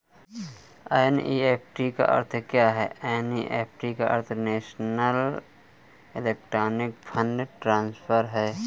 NEFT का अर्थ क्या है?